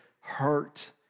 hurt